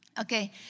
Okay